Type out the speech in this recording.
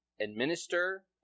administer